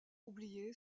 oublié